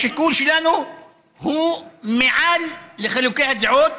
השיקול שלנו הוא מעל לחילוקי הדעות,